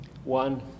One